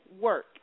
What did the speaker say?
work